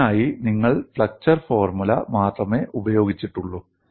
ഇതിനായി നിങ്ങൾ flexure formula മാത്രമേ ഉപയോഗിച്ചിട്ടുള്ളൂ